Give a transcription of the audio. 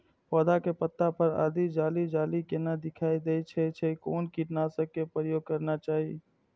पोधा के पत्ता पर यदि जाली जाली जेना दिखाई दै छै छै कोन कीटनाशक के प्रयोग करना चाही?